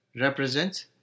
represents